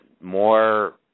more